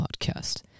podcast